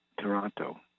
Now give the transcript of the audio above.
Toronto